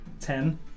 Ten